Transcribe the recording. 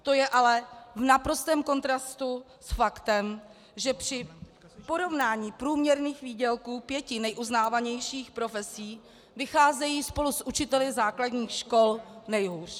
To je ale v naprostém kontrastu s faktem, že při porovnání průměrných výdělků pěti neuznávanějších profesí vycházejí spolu s učiteli základních škol nejhůř.